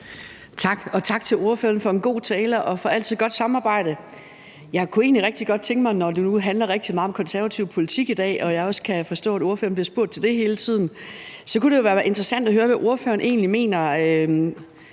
tak til ordføreren for en god tale og for et altid godt samarbejde. Jeg kunne egentlig rigtig godt tænke mig, når nu det i dag handler rigtig meget om konservativ politik, og når jeg også kan forstå, at ordføreren hele tiden bliver spurgt til det, at høre, hvor grøn regeringen kontra